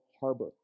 Harbor